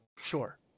sure